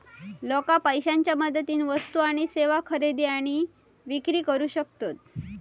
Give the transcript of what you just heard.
लोका पैशाच्या मदतीन वस्तू आणि सेवा खरेदी आणि विक्री करू शकतत